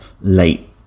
late